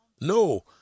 No